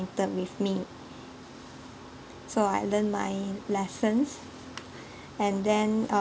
with me so I learnt my lessons and then uh